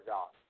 God